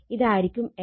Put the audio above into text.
ഇതായിരിക്കും Fm